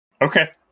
Okay